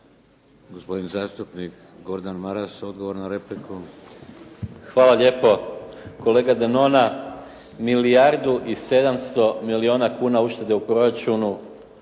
Gospodin zastupnik Gordan Maras, odgovor na repliku. **Maras, Gordan (SDP)** Hvala lijepo. Kolega Denona, milijardu i 700 milijuna uštede u proračunu